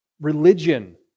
Religion